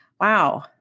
Wow